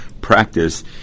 practice